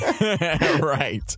right